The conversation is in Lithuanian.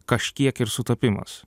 kažkiek ir sutapimas